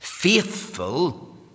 Faithful